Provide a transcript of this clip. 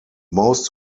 most